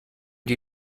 die